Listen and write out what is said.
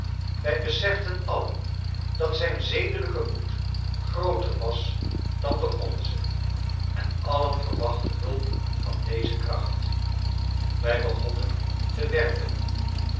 wij beseften allen dat zijn zedelijke moed grooter was dan de onze en allen verwachtten hulp van deze kracht wij begonnen te werken